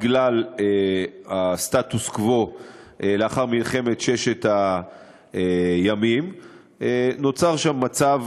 בגלל הסטטוס-קוו לאחר מלחמת ששת הימים נוצר שם מצב,